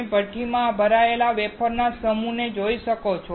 તમે ભઠ્ઠીમાં ભરેલા વેફરનો સમૂહ જોઈ શકો છો